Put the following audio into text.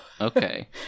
Okay